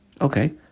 Okay